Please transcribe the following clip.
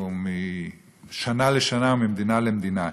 משנה לשנה וממדינה למדינה.